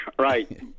right